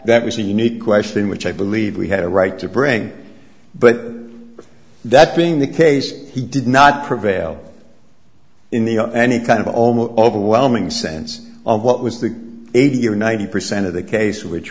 that was a unique question which i believe we had a right to bring but that being the case he did not prevail in the of any kind of almost overwhelming sense of what was the eighty or ninety percent of the case which